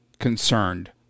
Concerned